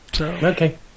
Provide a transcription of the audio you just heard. Okay